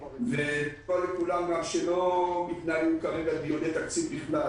כידוע לכולם, לא מתנהלים כרגע דיוני תקציב בכלל